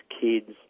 kids